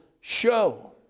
show